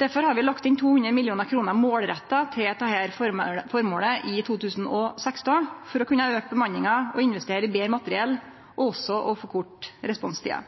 Derfor har vi lagt inn 200 mill. kr målretta til dette føremålet i 2016 for å kunne auke bemanninga, investere i betre materiell og forkorte responstida.